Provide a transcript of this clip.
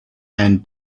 and